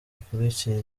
ukurikire